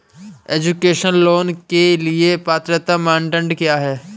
Education loan के लिए पात्रता मानदंड क्या है?